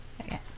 okay